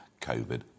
COVID